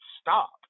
stop